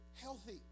healthy